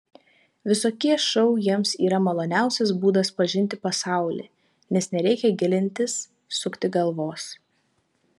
visokie šou jiems yra maloniausias būdas pažinti pasaulį nes nereikia gilintis sukti galvos